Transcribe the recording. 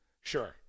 Sure